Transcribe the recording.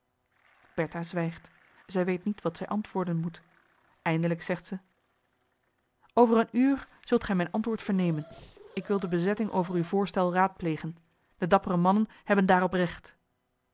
bertha zwijgt zij weet niet wat zij antwoorden moet eindelijk zegt zij over een uur zult gij mijn antwoord vernemen ik wil de bezetting over uw voorstel raadplegen de dappere mannen hebben daarop recht